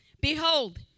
Behold